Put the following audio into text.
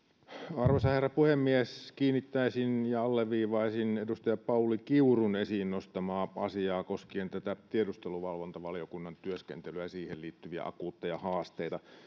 arvoisa herra puhemies kiinnittäisin ja alleviivaisin edustaja pauli kiurun esiin nostamaa asiaa koskien tätä tiedusteluvalvontavaliokunnan työskentelyä ja siihen liittyviä akuutteja haasteita